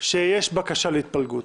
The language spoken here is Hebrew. שיש בקשה להתפלגות.